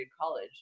college